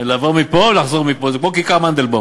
זה לעבור מפה, לחזור מפה, זה כמו כיכר מנדלבאום,